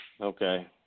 Okay